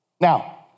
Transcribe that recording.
Now